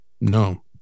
no